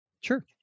Sure